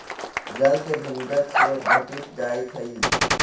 जल के भूमिगत स्रोत घटित जाइत हई